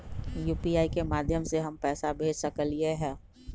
UPI के माध्यम से हम पैसा भेज सकलियै ह?